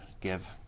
give